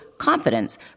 Confidence